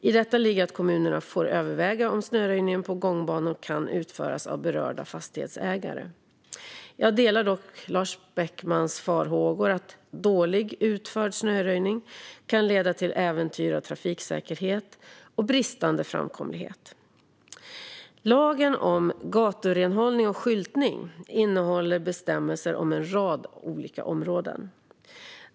I detta ligger att kommunerna får överväga om snöröjningen på gångbanor kan utföras av berörda fastighetsägare. Jag delar dock Lars Beckmans farhågor om att dåligt utförd snöröjning kan leda till äventyrad trafiksäkerhet och bristande framkomlighet. Lagen om gaturenhållning och skyltning innehåller bestämmelser på en rad olika områden.